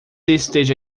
esteja